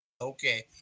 Okay